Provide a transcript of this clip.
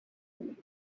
anything